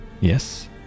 Yes